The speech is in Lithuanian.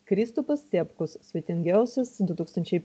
kristupas cepkus svetingiausias du tūkstančiai